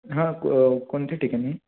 हां कोणत्या ठिकाणी